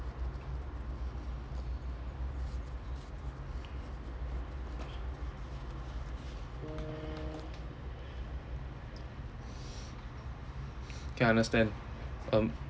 okay understand um